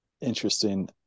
interesting